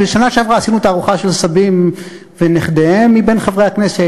בשנה שעברה עשינו תערוכה של סבים ונכדיהם מבין חברי הכנסת,